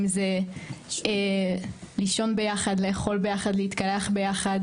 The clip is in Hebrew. אם זה לישון ביחד, לאכול ביחד, להתקלח ביחד.